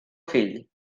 fill